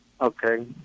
okay